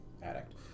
addict